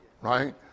right